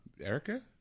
Erica